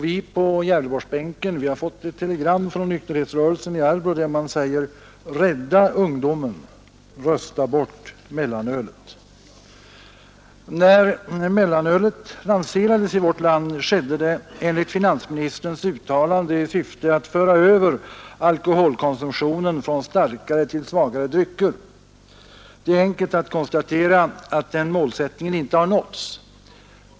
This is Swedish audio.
Vi på Gävleborgsbänken har fått ett telegram från nykterhetsrörelsen i Arbrå, där det heter: Rädda ungdomen! Rösta bort mellanölet! När mellanölet lanserades i vårt land skedde det enligt finansministerns eget uttalande i syfte att föra över alkoholkonsumtionen från starkare till svagare drycker. Det är enkelt att konstatera att den målsättningen inte har nåtts.